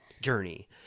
journey